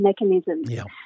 mechanisms